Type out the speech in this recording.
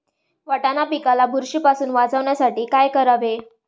वाटाणा पिकाला बुरशीपासून वाचवण्यासाठी काय करावे?